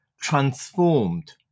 transformed